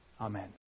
Amen